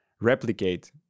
replicate